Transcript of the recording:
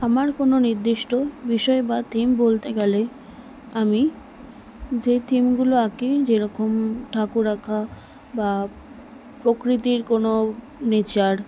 আমার কোনো নির্দিষ্ট বিষয় বা থিম বলতে গেলে আমি যে থিমগুলো আঁকি যেরকম ঠাকুর আঁকা বা প্রকৃতির কোনো নেচার